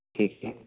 ठीक है